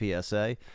PSA